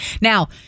Now